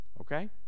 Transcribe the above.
Okay